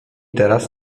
teraz